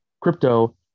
Crypto